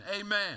Amen